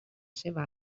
seva